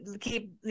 keep